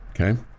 Okay